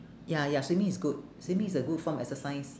ya ya swimming is good swimming is a good form of exercise